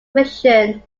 physician